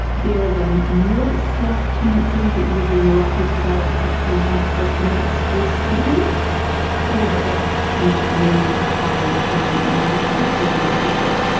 there is um more of a slight tendency that you would be more likely to develop perhaps some type of post-traumatic stress symptoms or that that traumatic memory or highly emotional memory may become more firmly embedded.